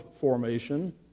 formation